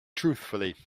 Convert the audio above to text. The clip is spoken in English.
truthfully